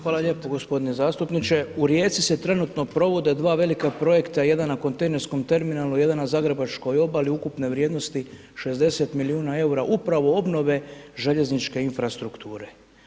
Hvala lijepo gospodine zastupniče u Rijeci se trenutno provode dva velika projekta, jedan na kontejnerskom terminalu, jedna na Zagrebačkoj obali ukupne vrijednosti 60 milijuna EUR-a upravo obnove željezničke infrastrukture.